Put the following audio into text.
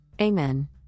Amen